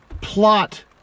plot